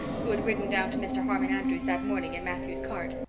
who had ridden down to mr. harmon andrews's that morning in matthew's cart.